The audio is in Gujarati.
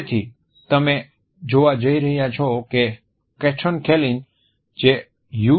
તેથી તમે જોવા જઈ રહ્યા છો કે કટોન કૈલીન જે યુ